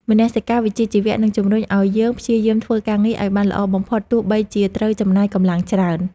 មនសិការវិជ្ជាជីវៈនឹងជម្រុញឱ្យយើងព្យាយាមធ្វើការងារឱ្យបានល្អបំផុតទោះបីជាត្រូវចំណាយកម្លាំងច្រើន។